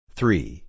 Three